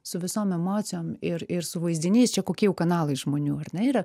su visom emocijom ir ir su vaizdiniais čia kokie jau kanalai žmonių ar ne yra